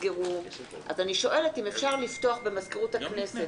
אז אני שואלת אם אפשר לפתוח במזכירות הכנסת.